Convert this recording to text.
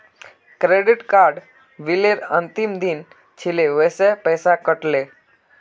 credit card बिलेर अंतिम दिन छिले वसे पैसा कट ले